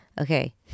Okay